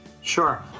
Sure